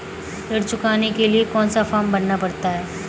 ऋण चुकाने के लिए कौन सा फॉर्म भरना पड़ता है?